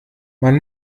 man